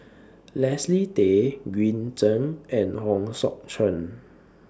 Leslie Tay Green Zeng and Hong Sek Chern